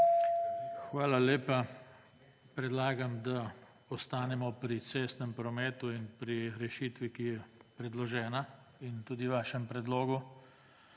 Hvala lepa. Predlagam, da ostanemo pri cestnem prometu in pri rešitvi, ki je predložena in tudi o vašem predlogu